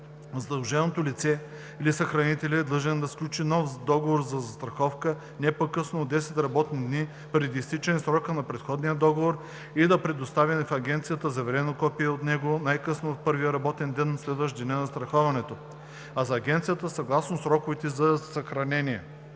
задълженото лице или съхранителят е длъжен да сключи нов договор за застраховка не по късно от 10 работни дни преди изтичане срока на предходния договор и да представи в агенцията заверено копие от него най късно в първия работен ден, следващ деня на застраховането, а за агенцията – съгласно сроковете ѝ за съхраняване.“